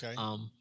Okay